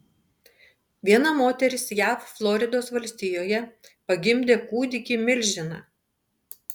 viena moteris jav floridos valstijoje pagimdė kūdikį milžiną